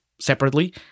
separately